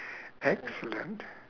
excellent